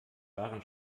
waren